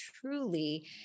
truly